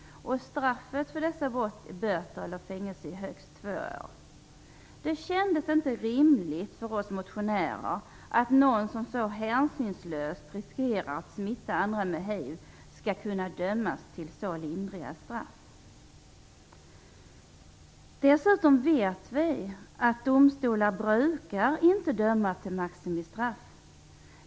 Straffet för dessa brott är böter eller fängelse i högst två år. Det kändes inte rimligt för oss motionärer att någon som så hänsynslöst riskerar att smitta andra med hiv skall kunna dömas till så lindriga straff. Dessutom vet vi att domstolar inte brukar döma till maximistraff.